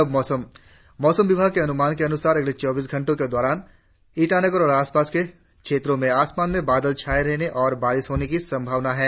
और अब मौसम मौसम विभाग के अनुमान के अनुसार अगले चौबीस घंटो के दौरान ईटानगर और आसपास के क्षेत्रो में आसमान में बादल छाये रहने और बारिश होने की संभावना है